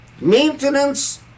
maintenance